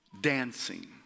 dancing